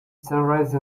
sunrise